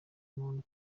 muntu